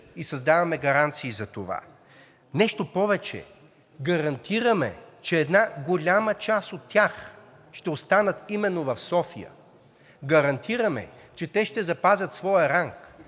и създаваме гаранции за това. Нещо повече – гарантираме, че една голяма част от тях ще останат именно в София. Гарантираме, че те ще запазят своя ранг,